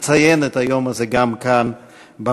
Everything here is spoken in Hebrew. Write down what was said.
נציין את היום הזה גם כאן במליאה.